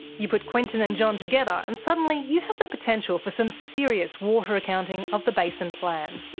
you put quentin and john together and suddenly you have the potential for some serious water accounting of the basin plan.